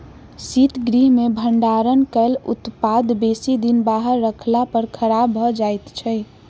शीतगृह मे भंडारण कयल उत्पाद बेसी दिन बाहर रखला पर खराब भ जाइत छै